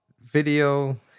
video